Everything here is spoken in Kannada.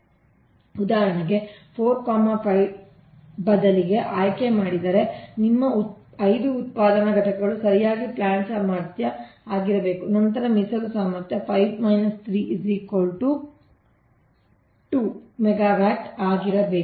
ಉದಾಹರಣೆಗೆ 4 5 ರ ಬದಲಿಗೆ ಆಯ್ಕೆ ಮಾಡಿದರೆ ನಿಮ್ಮ 5 ಉತ್ಪಾದನಾ ಘಟಕಗಳು ಸರಿಯಾಗಿ ಪ್ಲಾಂಟ್ ಸಾಮರ್ಥ್ಯ 5 ಮೆಗಾವ್ಯಾಟ್ ಆಗಿರಬೇಕು ನಂತರ ಮೀಸಲು ಸಾಮರ್ಥ್ಯ 5 3 2 ಮೆಗಾವ್ಯಾಟ್ ಆಗಿರಬೇಕು